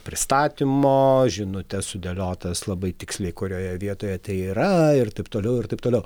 pristatymo žinutes sudėliotas labai tiksliai kurioje vietoje tai yra ir taip toliau ir taip toliau